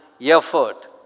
effort